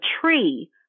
tree